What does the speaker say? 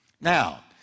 Now